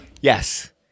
Yes